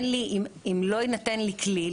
אם לא יינתן לי כלי,